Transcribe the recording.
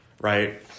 right